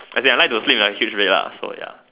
as in I like to sleep on a huge bed lah so ya